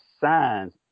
signs